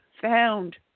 found